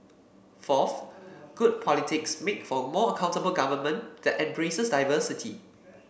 fourth good politics makes for more accountable government that embraces diversity